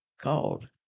called